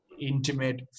intimate